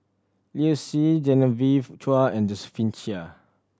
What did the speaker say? Liu Si Genevieve Chua and Josephine Chia